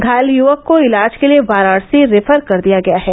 घायल युवक को इलाज के लिये वाराणसी रेफर कर दिया गया है